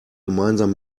gemeinsam